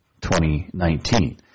2019